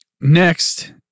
next